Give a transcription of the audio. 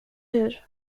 hur